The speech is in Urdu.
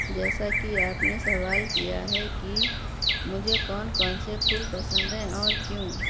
جیسا کہ آپ نے سوال کیا ہے کہ مجھے کون کون سے پھول پسند ہیں اور کیوں